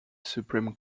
supreme